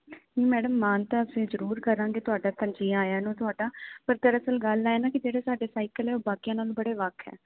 madam ਮਾਣ ਤਾ ਅਸੀਂ ਜਰੂਰ ਕਰਾਂਗੇ ਤੁਹਾਡਾ ਤਾਂ ਜੀ ਆਇਆਂ ਨੂੰ ਤੁਹਾਡਾ ਪਰ ਦਰਅਸਲ ਗੱਲ ਹ ਨਾ ਕਿ ਜਿਹੜੇ ਸਾਡੇ ਸਾਈਕਲ ਆ ਉਹ ਬਾਕੀਆਂ ਨਾਲੋਂ ਬੜੇ ਵੱਖ ਆ